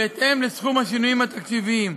בהתאם לסכום השינויים התקציביים,